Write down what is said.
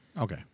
Okay